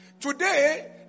Today